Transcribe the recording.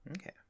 Okay